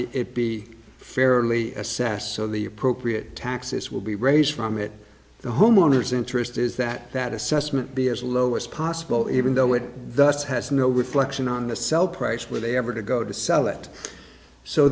it be fairly assessed so the appropriate taxes will be raised from it the homeowners interest is that that assessment be as low as possible even though it thus has no reflection on the sell price where they ever to go to sell it so